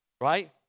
right